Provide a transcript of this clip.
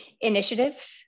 initiative